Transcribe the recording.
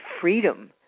freedom